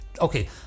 Okay